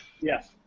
Yes